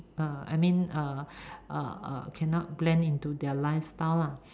uh I mean err cannot blend into their lifestyle lah